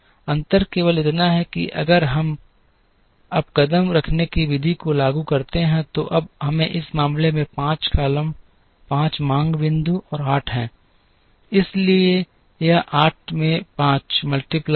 अंतर केवल इतना है कि अगर हम अब कदम रखने की विधि को लागू करते हैं तो अब हमें इस मामले में 5 कॉलम 5 मांग बिंदु और 8 हैं इसलिए यह 8 में 5 40 है